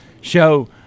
show